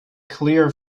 clear